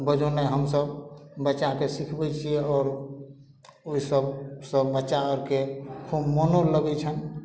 banjo ने हमसब बच्चाके सीखबै छियै आओर ओहिसब सऽ बच्चा अरके खूब मनो लगय छैन